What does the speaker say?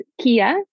kia